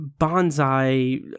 bonsai